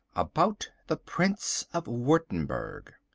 about the prince of wurttemberg.